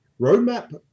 Roadmap